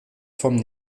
vom